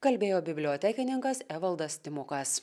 kalbėjo bibliotekininkas evaldas timukas